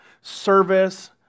service